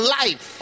life